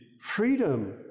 freedom